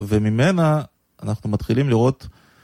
וממנה אנחנו מתחילים לראות